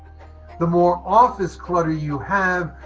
the more office clutter you have,